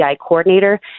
coordinator